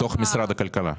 במשרד הכלכלה.